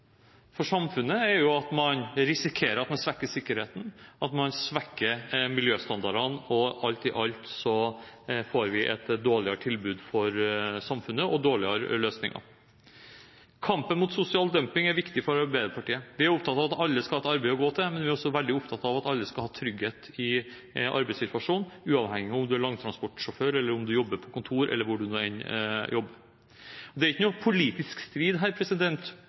for samfunnet er at man risikerer at man svekker sikkerheten, at man svekker miljøstandardene, og at vi alt i alt får et dårligere tilbud for samfunnet og dårlige løsninger. Kampen mot sosial dumping er viktig for Arbeiderpartiet. Vi er opptatt av at alle skal ha et arbeid å gå til. Vi er også veldig opptatt av at alle skal ha trygghet i arbeidssituasjonen, uavhengig av om en er langtransportsjåfør, om en jobber på kontor, eller hvor enn en jobber. Det er ikke noen politisk strid her